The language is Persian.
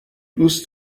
دوست